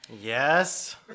Yes